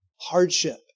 hardship